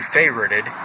favorited